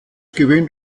gewinnt